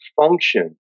function